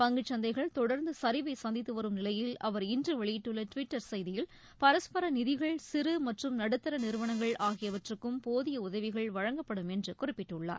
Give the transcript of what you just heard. பங்குச்சந்தைகள் தொடர்ந்து சரிவை சந்தித்து வரும் நிலையில் அவர் இன்று வெளியிட்டுள்ள டுவிட்டர் செய்தியில் பரஸ்பர நிதிகள் சிறு மற்றும் நடுத்தர நிறுவனங்கள் ஆகியவற்றுக்கும் போதிய உதவிகள் வழங்கப்படும் என்று குறிப்பிட்டுள்ளார்